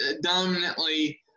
dominantly